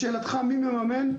לשאלתך מי מממן,